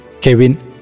Kevin